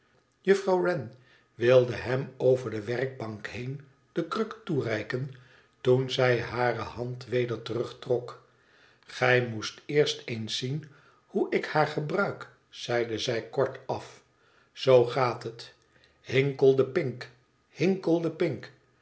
juffrouw wren wilde hem over de werkbank heen de kruk toereiken toen zij hare hand weder terugtrok gij moest eerst eens zien hoe ik haar gebruik zeide zij kortaf z gaat het hinkelde pink hinkelde pink